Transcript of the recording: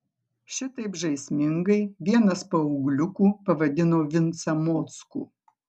šitaip žaismingai vienas paaugliukų pavadino vincą mockų